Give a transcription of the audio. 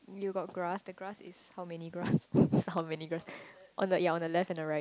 you got grass the grass is how many grass how many grass on the ya on left or on the right